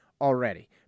already